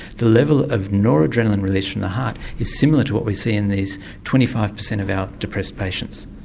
the level of noradrenaline released from the heart is similar to what we see in these twenty five per cent of our depressed patients.